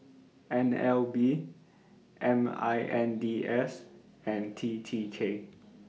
N L B M I N D S and T T K